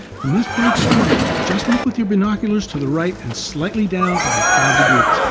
from this bright star, just look with your binoculars to the right and slightly down, about five degrees.